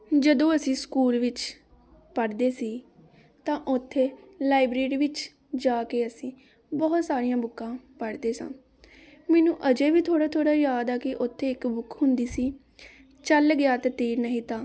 ਜਦੋਂ ਅਸੀਂ ਸਕੂਲ ਵਿੱਚ ਪੜ੍ਹਦੇ ਸੀ ਤਾਂ ਉੱਥੇ ਲਾਈਬ੍ਰੇਰੀ ਵਿੱਚ ਜਾ ਕੇ ਅਸੀਂ ਬਹੁਤ ਸਾਰੀਆਂ ਬੁੱਕਾਂ ਪੜ੍ਹਦੇ ਸਾਂ ਮੈਨੂੰ ਅਜੇ ਵੀ ਥੋੜ੍ਹਾ ਥੋੜ੍ਹਾ ਯਾਦ ਆ ਕਿ ਉੱਥੇ ਇੱਕ ਬੁੱਕ ਹੁੰਦੀ ਸੀ ਚੱਲ ਗਿਆ ਤਾਂ ਤੀਰ ਨਹੀਂ ਤਾਂ ਤੁੱਕਾ